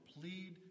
plead